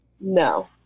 no